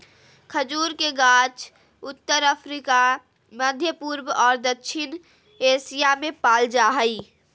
खजूर के गाछ उत्तर अफ्रिका, मध्यपूर्व और दक्षिण एशिया में पाल जा हइ